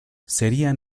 serían